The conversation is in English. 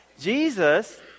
Jesus